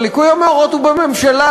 אבל ליקוי המאורות הוא בממשלה,